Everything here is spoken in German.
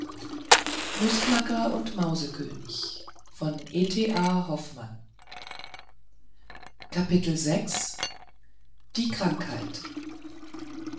nieder die krankheit